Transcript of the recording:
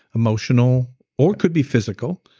emotional or it could be physical,